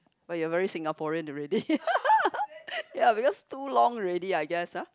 but you are very Singaporean already ya because too long already I guess ah